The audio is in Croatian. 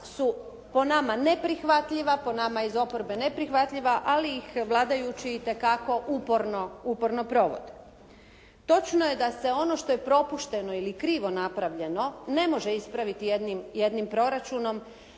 su po nama neprihvatljiva, po nama iz oporbe neprihvatljiva ali ih vladajući itekako uporno provode. Točno je da se ono što je propušteno ili krivo napravljeno ne može ispraviti jednim proračunom,